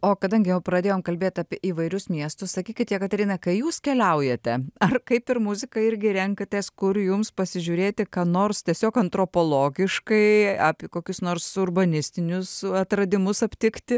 o kadangi jau pradėjom kalbėt apie įvairius miestus sakykit jekaterina kai jūs keliaujate ar kaip ir muziką irgi renkatės kur jums pasižiūrėti ką nors tiesiog antropologiškai api kokius nors urbanistinius atradimus aptikti